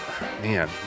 man